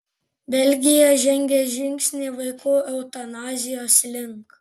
belgija žengė žingsnį vaikų eutanazijos link